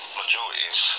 majorities